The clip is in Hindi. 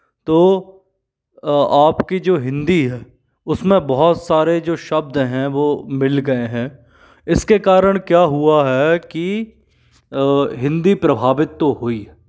तो आपकी जो हिंदी है उसमें बहुत सारे जो शब्द हैं वह मिल गए हैं इसके कारण क्या हुआ है की हिंदी प्रभावित तो हुई है